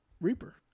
Reaper